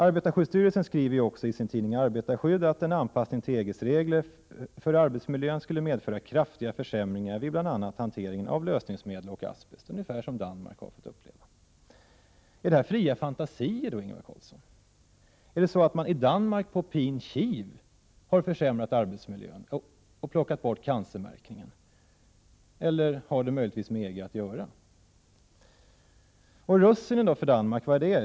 Arbetarskyddsstyrelsen skriver i sin tidning Arbetarskydd att en anpassning till EG:s regler för arbetsmiljön skulle medföra kraftiga försämringar vid bl.a. hanteringen av lösningsmedel och asbest — det är ungefär vad Danmark har fått uppleva. Är det här bara fria fantasier, Ingvar Carlsson? Har man i Danmark på pin kiv försämrat arbetsmiljön när man plockade bort cancermärkningen? Eller har det här möjligtvis med EG att göra? Vad är russinen för Danmarks del?